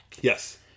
yes